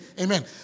amen